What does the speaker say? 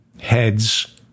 heads